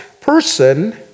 person